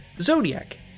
Zodiac